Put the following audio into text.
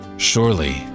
Surely